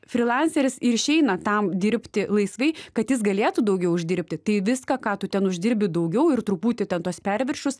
frilanseris ir išeina tam dirbti laisvai kad jis galėtų daugiau uždirbti tai viską ką tu ten uždirbi daugiau ir truputį ten tuos perviršius